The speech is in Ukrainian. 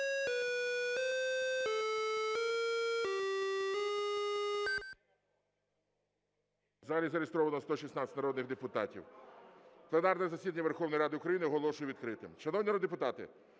залі зареєстровано 116 народних депутатів. Пленарне засідання Верховної Ради України оголошую відкритим. Шановні народні депутати,